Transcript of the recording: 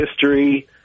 history